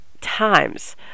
times